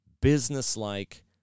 business-like